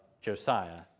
Josiah